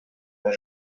and